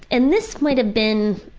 and this might have been.